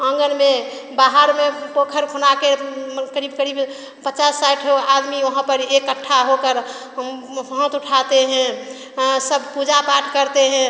आँगन में बाहर में पोखर खोना के करीब करीब पचास साठ आदमी वहाँ पर इकट्ठा होकर हम हाथ उठाते हैं सब पूजा पाठ करते हैं